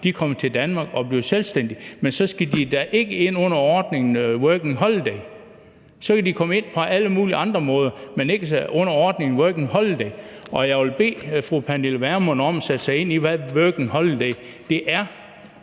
kommer til Danmark og bliver selvstændige, men så skal de da ikke ind under ordningen Working Holiday. Så kan de komme ind på alle mulige andre måder, men ikke under ordningen Working Holiday. Jeg vil bede fru Pernille Vermund om at sætte sig ind i, hvad Working Holiday er,